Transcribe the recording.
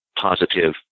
positive